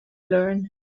learn